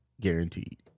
guaranteed